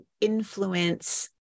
influence